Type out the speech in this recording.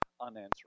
unanswerable